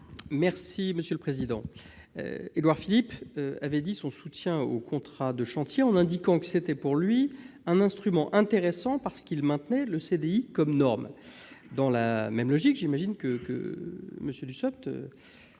n° 118 rectifié. Édouard Philippe avait dit son soutien aux contrats de chantier, en indiquant que c'était pour lui un instrument intéressant parce qu'il maintenait le CDI comme norme. Dans la même logique, vous allez sans doute